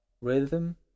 rhythm